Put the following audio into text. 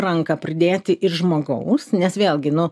ranką pridėti ir žmogaus nes vėlgi nu